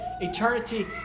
eternity